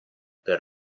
per